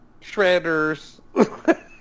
Shredders